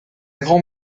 grand